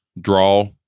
draw